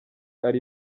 ari